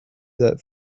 that